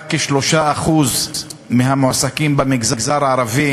רק כ-3% מהמועסקים במגזר הערבי